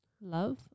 Love